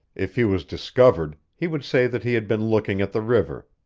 if he was discovered, he would say that he had been looking at the river,